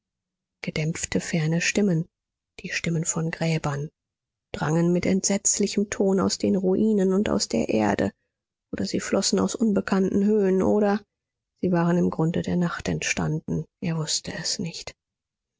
gedämpfte ferne stimmen die stimmen von gräbern drangen mit entsetzlichem ton aus den ruinen und aus der erde oder sie flossen aus unbekannten höhen oder sie waren im grunde der nacht entstanden er wußte es nicht